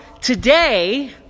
today